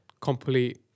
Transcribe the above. complete